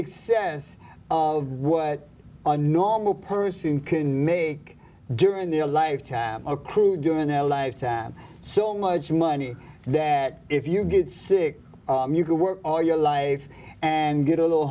excess of what a normal person can make during their life tap accrue do in their lifetime so much money that if you get sick you could work all your life and get a little